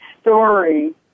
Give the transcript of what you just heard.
story